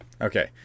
Okay